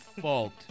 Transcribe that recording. fault